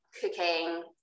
cooking